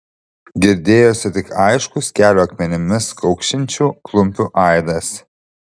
girdėjosi tik aiškus kelio akmenimis kaukšinčių klumpių aidas